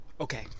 Okay